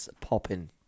popping